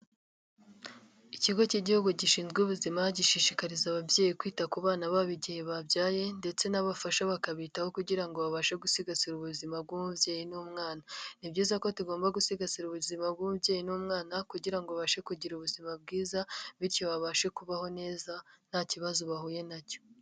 Ikigo cy'igihugu gishinzwe ubuzima, gishishikariza ababyeyi kwita ku bana babo igihe babyaye ndetse n'abafasha bakabitaho kugira ngo babashe gusigasira ubuzima bw'umubyeyi n'umwana. Ni byiza ko tugomba gusigasira ubuzima bw'umubyeyi n'umwana kugira abashe kugira ubuzima bwiza bityo babashe kubaho neza nta kibazo bahuye nacyo.